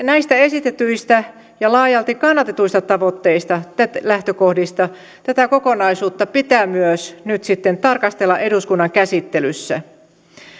näistä esitetyistä ja laajalti kannatetuista tavoitteista ja lähtökohdista tätä kokonaisuutta pitää myös nyt sitten tarkastella eduskunnan käsittelyssä